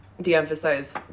de-emphasize